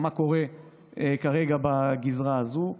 מה קורה כרגע בגזרה הזאת.